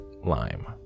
lime